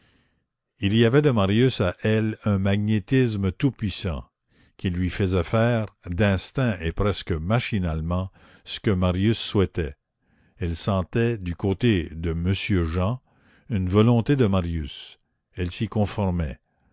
il y avait de marius à elle un magnétisme tout-puissant qui lui faisait faire d'instinct et presque machinalement ce que marius souhaitait elle sentait du côté de monsieur jean une volonté de marius elle s'y conformait